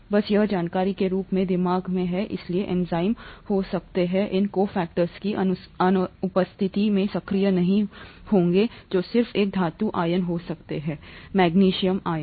बस यह जानकारी के रूप में दिमाग में है इसलिए एंजाइम हो सकते हैं इन cofactors की अनुपस्थिति में सक्रिय नहीं होना चाहिए जो सिर्फ एक धातु आयन हो सकता है - मैंगनीज आयन